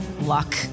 luck